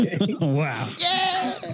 Wow